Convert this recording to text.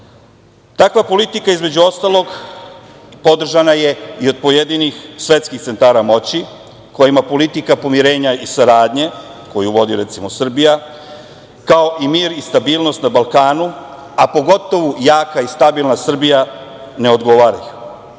politika između ostalog, podržavana je i od pojedinih svetskih centara moći kojima politika pomirenja i saradnje, koju vodi, recimo Srbija, kao i mir i stabilnost na Balkanu, a pogotovu jaka i stabilna Srbija ne odgovaraju.